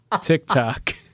TikTok